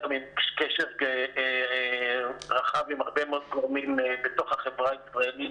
אלא גם בקשר רחב עם הרבה מאוד גורמים בתוך החברה הישראלית,